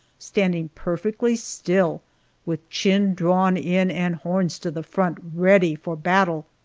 standing perfectly still with chin drawn in and horns to the front, ready for battle.